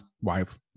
wife